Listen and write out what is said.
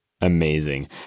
Amazing